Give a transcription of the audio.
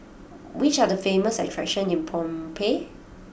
which are the famous attractions in Phnom Penh